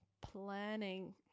planning